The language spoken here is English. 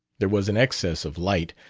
there was an excess of light,